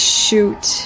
shoot